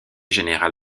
général